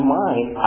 mind